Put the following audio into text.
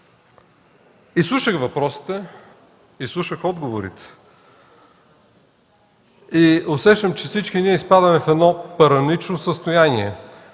Изслушах въпросите, изслушах отговорите и усещам, че всички изпадаме в параноично състояние.